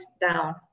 down